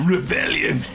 Rebellion